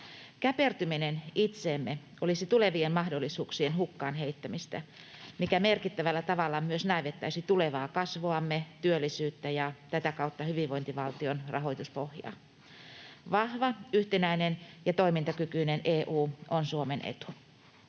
Käpertyminen itseemme olisi tulevien mahdollisuuksien hukkaan heittämistä, mikä merkittävällä tavalla myös näivettäisi tulevaa kasvuamme, työllisyyttä ja tätä kautta hyvinvointivaltion rahoituspohjaa. Vahva, yhtenäinen ja toimintakykyinen EU on Suomen etu.